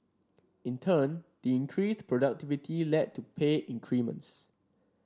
in turn the increased productivity led to pay increments